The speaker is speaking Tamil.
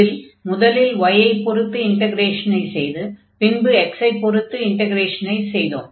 இதில் முதலில் y ஐ பொருத்த இன்டக்ரேஷனை செய்து பின்பு x ஐ பொருத்த இன்டக்ரேஷனை செய்தோம்